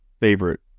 Favorite